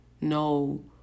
No